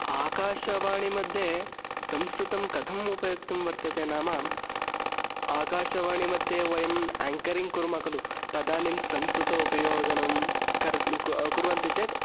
आकाशवाणीमध्ये संस्कृतं कथम् उपयोक्तुं वर्तते नाम आकाशवाणीमध्ये वयम् आङ्करिङ्ग् कुर्मः खलु तदानीं संस्कृतम् उपयोगं कुर् क कुर्वन्ति चेत्